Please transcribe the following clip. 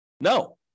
No